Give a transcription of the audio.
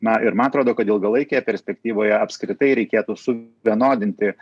na ir man atrodo kad ilgalaikėje perspektyvoje apskritai reikėtų suvienodinti